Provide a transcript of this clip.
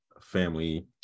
family